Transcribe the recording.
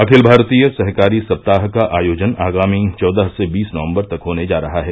अखिल भारतीय सहकारी सप्ताह का आयोजन आगामी चौदह से बीस नवंबर तक होने जा रहा है